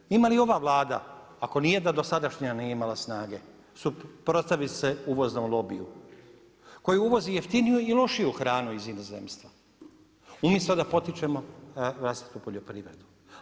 Uvozni lobij, ima li ova Vlada ako nijedna dosadašnja nije imala snage suprotstaviti se uvoznom lobiju, koji uvozi jeftiniju i lošiju hranu iz inozemstva umjesto da potičemo vlastitu poljoprivredu.